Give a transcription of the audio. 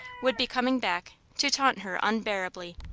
would be coming back to taunt her unbearably.